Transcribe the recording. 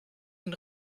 den